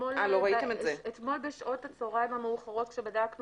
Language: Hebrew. אתמול בשעות הצהריים המאוחרות כשבדקנו